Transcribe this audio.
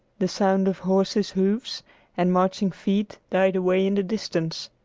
the sound of horses' hoofs and marching feet died away in the distance,